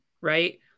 right